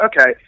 okay